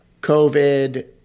COVID